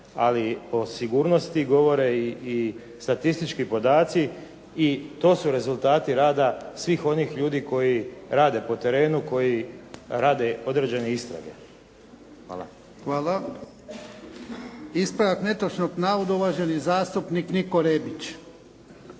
ali o sigurnosti govore i statistički podaci i to su rezultati rada svih onih ljudi koji rade po terenu, koji rade određene istrage. Hvala. **Jarnjak, Ivan (HDZ)** Hvala. Ispravak netočnog navoda uvaženi zastupnik Niko Rebić.